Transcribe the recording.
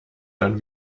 dann